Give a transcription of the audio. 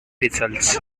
results